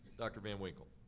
dr. van winkle.